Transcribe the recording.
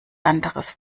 anderes